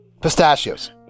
Pistachios